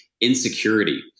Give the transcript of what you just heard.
insecurity